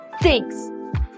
Thanks